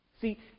See